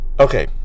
Okay